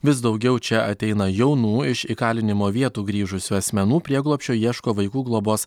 vis daugiau čia ateina jaunų iš įkalinimo vietų grįžusių asmenų prieglobsčio ieško vaikų globos